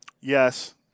Yes